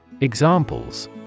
Examples